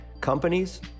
Companies